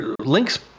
links